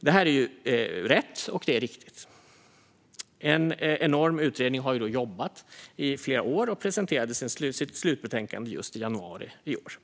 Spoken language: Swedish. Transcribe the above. Det här är rätt och riktigt. En enorm utredning har jobbat i flera år och presenterade sitt slutbetänkande just i januari i år.